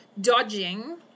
dodging